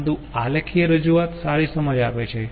પરંતુ આલેખીય રજૂઆત સારી સમજ આપે છે